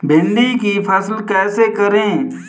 भिंडी की फसल कैसे करें?